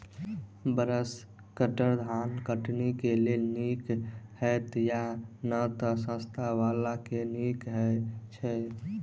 Brush cutter धान कटनी केँ लेल नीक हएत या नै तऽ सस्ता वला केँ नीक हय छै?